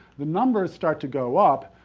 the numbers start to go up,